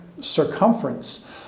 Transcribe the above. circumference